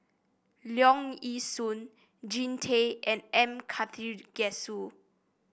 Leong Yee Soo Jean Tay and M Karthigesu